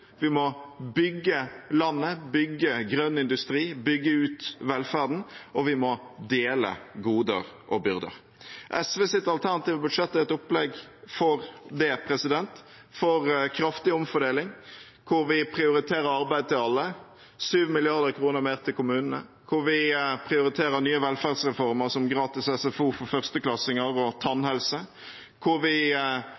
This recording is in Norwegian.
bygge landet, bygge grønn industri og bygge ut velferden, og vi må dele goder og byrder. SVs alternative budsjett er et opplegg for det, for kraftig omfordeling, hvor vi prioriterer arbeid til alle og 7 mrd. kr mer til kommunene, hvor vi prioriterer nye velferdsreformer som gratis SFO for førsteklassinger og